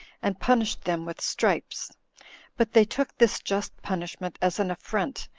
and punished them with stripes but they took this just punishment as an affront,